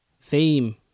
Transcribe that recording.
Theme